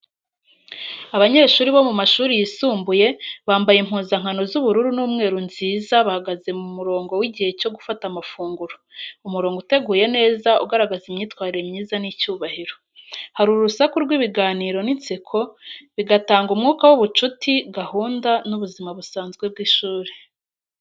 Abanyeshuri bo mu mashuri yisumbuye bambaye impuzankano z’ubururu n’umweru nziza bahagaze mu murongo w’igihe cyo gufata amafunguro. Umurongo uteguye neza ugaragaza imyitwarire myiza n’icyubahiro. Hari urusaku rw’ibiganiro n’inseko, bigatanga umwuka w’ubucuti, gahunda, n’ubuzima busanzwe bw’ishuri.